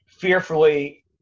fearfully